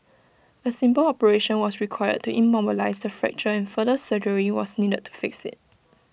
A simple operation was required to immobilise the fracture and further surgery was needed to fix IT